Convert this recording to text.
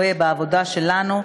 רואה בעבודה שלנו,